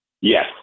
Yes